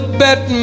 bet